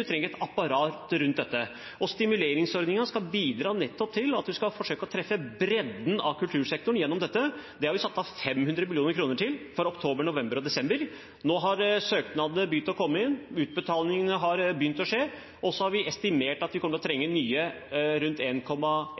et apparat rundt det hele. Stimuleringsordningen skal bidra til nettopp å treffe bredden av kultursektoren gjennom dette. Det har vi satt av 500 mill. kr til for oktober, november og desember. Nå har søknadene begynt å komme inn, og utbetalingene har begynt å skje. Vi har også estimert at vi kommer til å trenge rundt 1,65